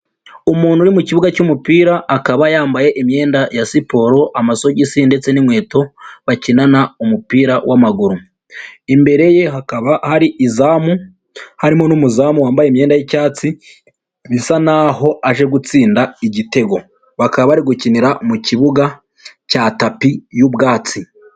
Umuntu uri mu kibuga cy'umupira akaba yambaye imyenda ya siporo amasogisi ndetse n'inkweto bakinana umupira w'amaguru, imbere ye hakaba hari izamu harimo n'umuzamu wambaye imyenda y'icyatsi bisa n'aho aje gutsinda igitego, bakaba bari gukinira mu kibuga cya tapi y'ubwatsi.